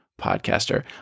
Podcaster